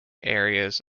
areas